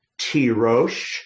tirosh